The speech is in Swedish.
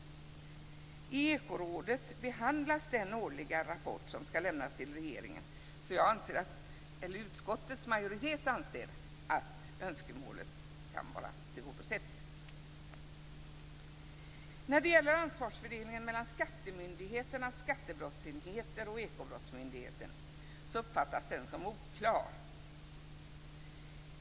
I Ekorådet behandlas den årliga rapport som ska lämnas till regeringen, så utskottets majoritet anser att önskemålet kan vara tillgodosett. När det gäller ansvarsfördelningen mellan skattemyndigheternas skattebrottsenheter och Ekobrottsmyndigheten uppfattas den som oklar.